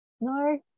No